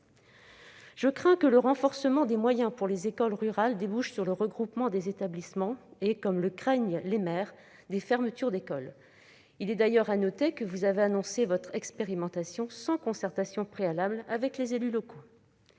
Je crains que le renforcement des moyens pour les écoles rurales ne débouche sur le regroupement des établissements et, comme le redoutent les maires, sur des fermetures d'écoles. Il est d'ailleurs à noter que vous avez annoncé votre expérimentation sans concertation préalable avec les élus locaux.